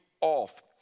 off